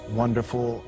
wonderful